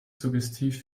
suggestiv